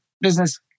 business